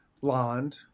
blonde